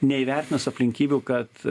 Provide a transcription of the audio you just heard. neįvertinus aplinkybių kad